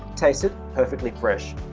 tasted perfectly fresh.